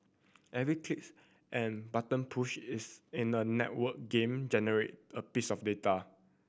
every clicks and button push is in a networked game generate a piece of data